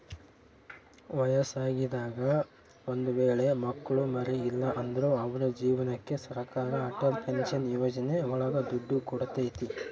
ವಯಸ್ಸಾಗಿದಾಗ ಒಂದ್ ವೇಳೆ ಮಕ್ಳು ಮರಿ ಇಲ್ಲ ಅಂದ್ರು ಅವ್ರ ಜೀವನಕ್ಕೆ ಸರಕಾರ ಅಟಲ್ ಪೆನ್ಶನ್ ಯೋಜನೆ ಒಳಗ ದುಡ್ಡು ಕೊಡ್ತೈತಿ